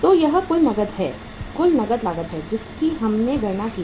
तो यह कुल नकद लागत है जिसकी हमने गणना की है